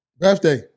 birthday